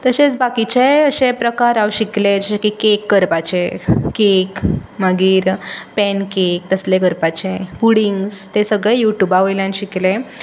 तशेंच बाकीचेंय अशें प्रकार हांव शिकलें जशें की केक करपाचे केक मागीर पॅन केक तसले करपाचें पुडिंग तें सगळें युट्यूबावयल्यान शिकलें